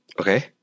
Okay